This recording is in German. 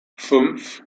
fünf